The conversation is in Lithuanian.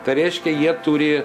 tai reiškia jie turi